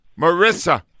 Marissa